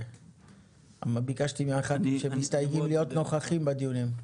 ביקשתי מהחברים להיות נוכחים בדיונים.